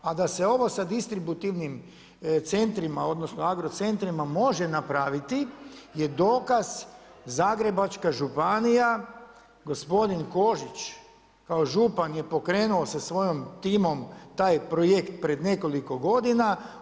A da se ovo sa distributivnim centrima, odnosno agrocentrima može napraviti je dokaz Zagrebačka županija, gospodin Kožić kao župan je pokrenuo sa svojim timom taj projekt pred nekoliko godina.